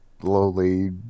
slowly